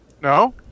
No